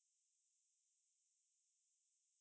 plane already save so much money